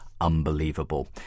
unbelievable